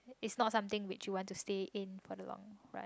is not something which you want to stay in for the long run